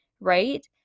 right